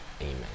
Amen